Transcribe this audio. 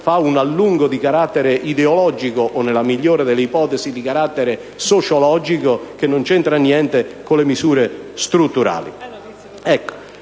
fa un allungo di carattere ideologico o, nella migliore delle ipotesi, di carattere sociologico che non c'entra niente con le misure strutturali.